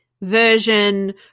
version